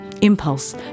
Impulse